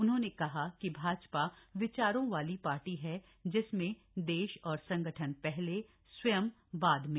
उन्होंने कहा कि भाजपा विचारों वाली पार्टी है जिसमें देश और संगठन पहले स्वयं बाद में